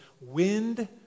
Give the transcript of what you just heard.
wind